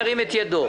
ירים את ידו.